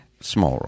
Small